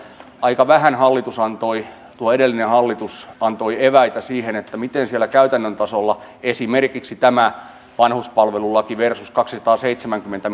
aika vähän tuo edellinen hallitus antoi eväitä siihen miten siellä käytännön tasolla esimerkiksi tämä vanhuspalvelulaki versus kaksisataaseitsemänkymmentä